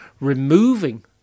removing